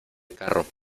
carro